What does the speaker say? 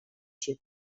ship